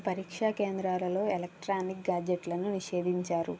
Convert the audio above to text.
పరీక్షా కేంద్రాలలో electronic gadget లను నిషేధించారు